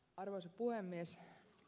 arvoisa puhemies